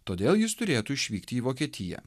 todėl jis turėtų išvykti į vokietiją